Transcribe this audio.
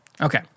Okay